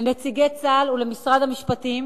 לנציגי צה"ל ולמשרד המשפטים,